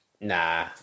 Nah